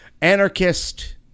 Anarchist